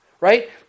Right